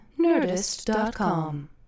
nerdist.com